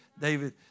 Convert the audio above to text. David